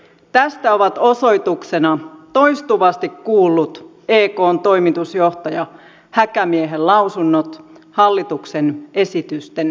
tästä ovat osoituksena toistuvasti kuullut ekn toimitusjohtaja häkämiehen lausunnot hallituksen esitysten erinomaisuudesta